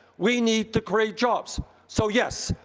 we need to create jobs. so yes,